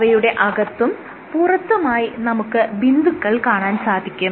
അവയുടെ അകത്തും പുറത്തുമായി നമുക്ക് ബിന്ദുക്കൾ കാണാൻ സാധിക്കും